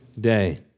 day